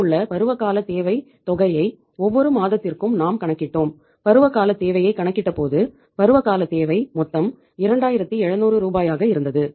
மீதமுள்ள பருவகாலத் தேவை தொகையை ஒவ்வொரு மாதத்திர்க்கும் நாம் கணக்கிட்டோம் பருவகாலத் தேவையை கணக்கிட்ட போது பருவகாலத் தேவை மொத்தம் 2700 ரூபாயாக இருந்தது